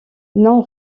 non